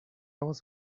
was